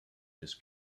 this